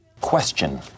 Question